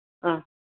ആ